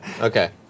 Okay